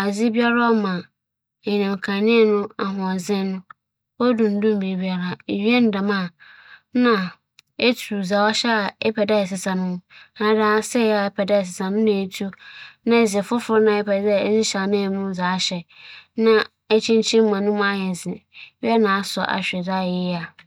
ana, na mutu dadaw no fi mu a mohwɛ ndaadze ba ͻhyehyɛ ͻdze na wͻdze hyehyɛ mu no mu na mohwɛ mbrɛ woesi ayɛ kandzea no so na medze hyɛ mu. Muwie a, mosͻ hwɛ dɛ aba a. Dɛmara na meyɛ no.